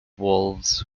wolves